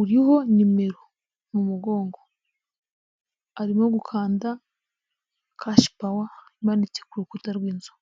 uriho nimero mu mugongo, arimo gukandada kashi pawa imatse ku rukuta rw'inzu.